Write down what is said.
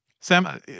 Sam